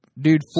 Dude